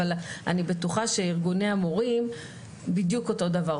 ואני בטוחה שארגוני המורים חווים בדיוק אותו הדבר.